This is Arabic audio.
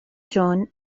جون